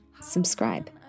subscribe